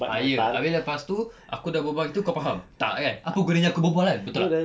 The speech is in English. ah ye abeh lepas tu aku dah berbual gitu kau faham tak kan apa gunanya aku berbual kan betul tak